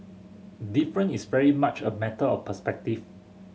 different is very much a matter of perspective